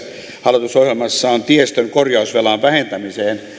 hallitusohjelmassa on että tiestön korjausvelan vähentämiseen